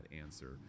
answer